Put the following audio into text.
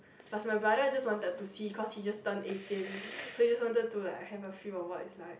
plus my brother just wanted to see cause he just turn eighteen so just wanted to like have a feel of what it's like